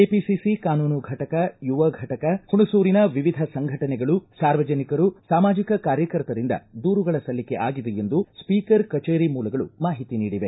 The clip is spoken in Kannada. ಕೆಪಿಸಿಸಿ ಕಾನೂನು ಘಟಕ ಯುವ ಘಟಕ ಹುಣಸೂರಿನ ವಿವಿಧ ಸಂಘಟನೆಗಳು ಸಾರ್ವಜನಿಕರು ಸಾಮಾಜಿಕ ಕಾರ್ಯಕರ್ತರಿಂದ ದೂರುಗಳ ಸಲ್ಲಿಕೆ ಆಗಿದೆ ಎಂದು ಸ್ವೀಕರ್ ಕಜೇರಿ ಮೂಲಗಳು ಮಾಹಿತಿ ನೀಡಿವೆ